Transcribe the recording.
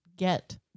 get